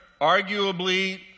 arguably